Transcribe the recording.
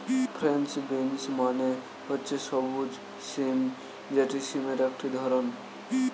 French beans মানে হচ্ছে সবুজ সিম যেটি সিমের একটি ধরণ